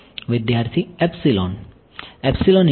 વિદ્યાર્થી એપ્સીલોન